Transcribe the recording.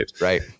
Right